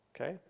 okay